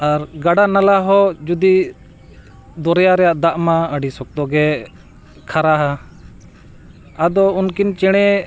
ᱟᱨ ᱜᱟᱰᱟ ᱱᱟᱞᱟ ᱦᱚᱸ ᱡᱩᱫᱤ ᱫᱚᱨᱭᱟ ᱨᱮᱱᱟᱜ ᱫᱟᱜ ᱢᱟ ᱟᱹᱰᱤ ᱥᱚᱠᱛᱚ ᱜᱮ ᱠᱷᱟᱨᱟᱣᱟ ᱟᱫᱚ ᱩᱱᱠᱤᱱ ᱪᱮᱬᱮ